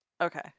Okay